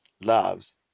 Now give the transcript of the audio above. loves